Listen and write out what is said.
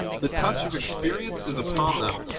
the touch of experience is upon them,